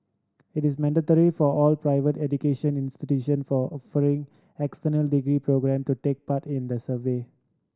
it is mandatory for all private education institutions for offering external degree programme to take part in the survey